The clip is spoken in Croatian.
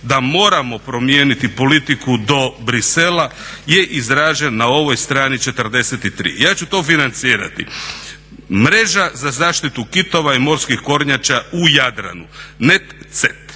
da moramo promijeniti politiku do Bruxellesa je izražen na ovoj strani 43. Ja ću to financirati. Mreža za zaštitu kitova i morskih kornjača u Jadranu, NETCET.